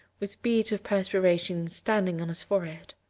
with beads of perspiration standing on his forehead.